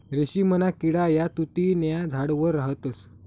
रेशीमना किडा या तुति न्या झाडवर राहतस